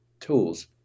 tools